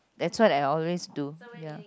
that's what I always do ya